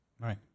Right